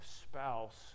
spouse